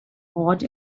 awed